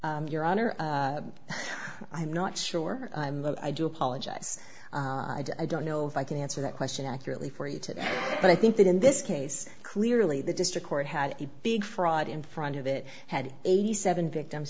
honor i'm not sure i do apologize i don't know if i can answer that question accurately for you today but i think that in this case clearly the district court had a big fraud in front of it had eighty seven victims